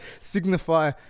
signify